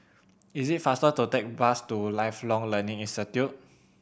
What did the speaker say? is it faster to take bus to Lifelong Learning Institute